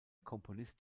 komponist